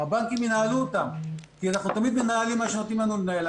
הבנקים ינהלו אותם כי אנחנו תמיד מנהלים מה שנותנים לנו לנהל.